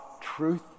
truth